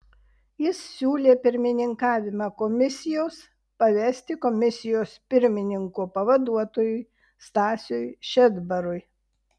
jis siūlė pirmininkavimą komisijos pavesti komisijos pirmininko pavaduotojui stasiui šedbarui